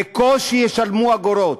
בקושי ישלמו אגורות.